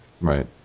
Right